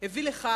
עליו הביא לכך